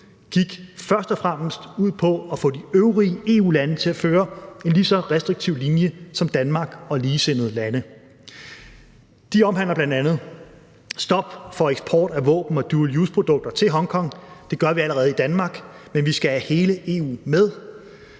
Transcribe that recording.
gik først og fremmest ud på at få de øvrige EU-lande til at føre en lige så restriktiv linje som Danmarks og ligesindede landes. De omhandler bl.a. stop for eksport af våben og dual use-produkter til Hongkong. Det gør vi allerede i Danmark, men vi skal have hele EU med.